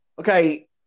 Okay